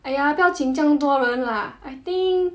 !aiya! 不要请这样多人 lah I think